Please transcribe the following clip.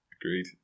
Agreed